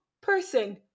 person